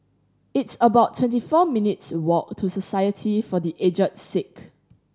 it's about twenty four minutes' walk to Society for The Aged Sick